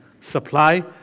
supply